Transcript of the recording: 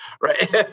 right